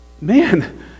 man